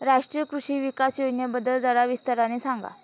राष्ट्रीय कृषि विकास योजनेबद्दल जरा विस्ताराने सांगा